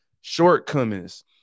shortcomings